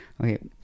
Okay